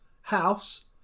house